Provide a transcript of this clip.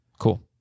cool